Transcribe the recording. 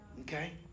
Okay